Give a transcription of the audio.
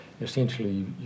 essentially